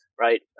right